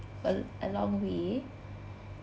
a l~ a long way